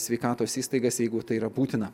sveikatos įstaigas jeigu tai yra būtina